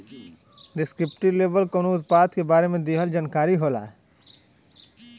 descriptive label कउनो उत्पाद के बारे में दिहल जानकारी होला